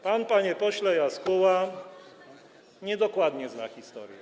Pan, panie pośle Jaskóła, niedokładnie zna historię.